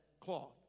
cloth